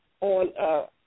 on